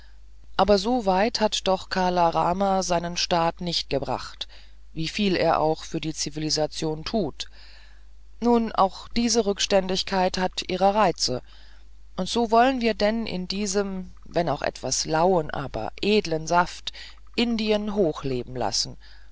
aber so weit hat doch kala rama seinen staat nicht gebracht wieviel er auch für die zivilisation tut nun auch diese rückständigkeit hat ihre reize und so wollen wir denn in diesem wenn auch etwas lauen aber edlen saft indien hoch leben lassen